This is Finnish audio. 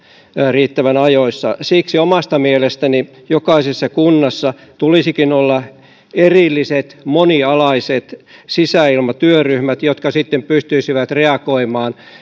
riittävän ajoissa siksi omasta mielestäni jokaisessa kunnassa tulisikin olla erilliset monialaiset sisäilmatyöryhmät jotka sitten pystyisivät reagoimaan